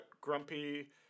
grumpy